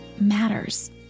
matters